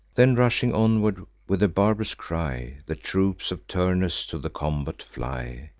then rushing onward with a barb'rous cry, the troops of turnus to the combat fly.